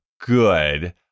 good